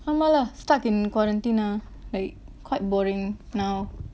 ஆமா:aamaa lah stuck in quarantine ah like quite boring now